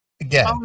Again